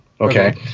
Okay